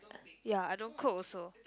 ya I don't cook also